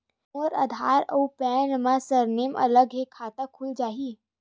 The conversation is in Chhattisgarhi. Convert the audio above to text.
मोर आधार आऊ पैन मा सरनेम अलग हे खाता खुल जहीं?